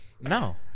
No